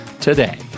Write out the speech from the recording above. today